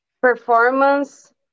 performance